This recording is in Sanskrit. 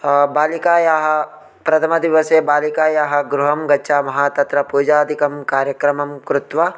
बालिकायाः प्रथमदिवसे बालिकायाः गृहं गच्छामः तत्र पूजादिकं कारिक्रमं कृत्वा